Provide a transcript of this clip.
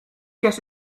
get